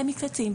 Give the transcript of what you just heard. במקלטים,